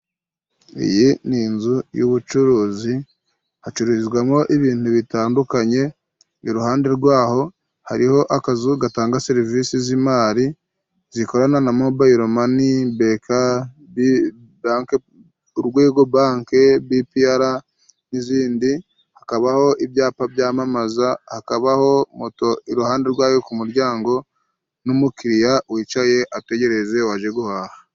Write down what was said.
Iyi ni inzu y'ubucuruzi, hacururizwamo ibintu bitandukanye, iruhande rwaho hariho akazu gatanga serivisi z'imari zikorana na Mobayiro mani, BK, Urwego banki, BPRb n'izindi. Hakabaho ibyapa byamamaza, hakabaho moto, iruhande rwayo ku muryango n'umukiriya wicaye ategereje uwaje guhaha.